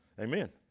Amen